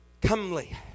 comely